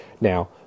Now